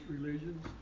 religions